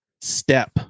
step